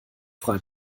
frei